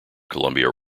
columbia